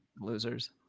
Losers